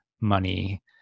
money